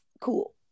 cool